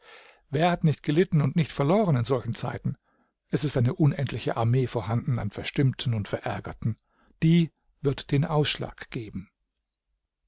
wer hat nicht gelitten und nicht verloren in solchen zeiten es ist eine unendliche armee vorhanden an verstimmten und verärgerten die wird den ausschlag geben